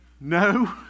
No